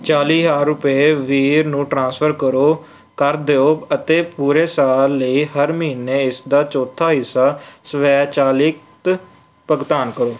ਚਾਲੀ ਹਜ਼ਾਰ ਰੁਪਏ ਵੀਰ ਨੂੰ ਟ੍ਰਾਂਸਫਰ ਕਰੋ ਕਰ ਦਿਓ ਅਤੇ ਪੂਰੇ ਸਾਲ ਲਈ ਹਰ ਮਹੀਨੇ ਇਸਦਾ ਚੌਥਾ ਹਿੱਸਾ ਸਵੈਚਲਿਤ ਭੁਗਤਾਨ ਕਰੋ